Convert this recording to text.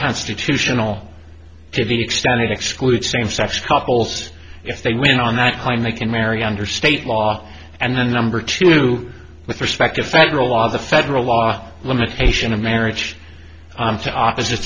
unconstitutional given extended exclude same sex couples if they win on that claim they can marry under state law and then number two with respect to federal law the federal law limitation of marriage to opposite